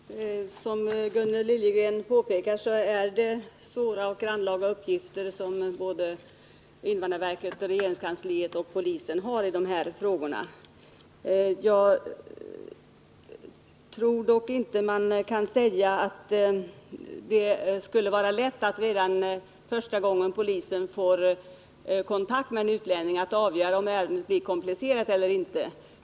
Herr talman! Som Gunnel Liljegren påpekar är det svåra och grannlaga uppgifter som invandrarverket, regeringskansliet och polisen har i dessa fall. Jag tror dock inte man kan säga att det skulle vara lätt att redan första gången polisen får kontakt med en utlänning avgöra om ärendet blir komplicerat eller inte.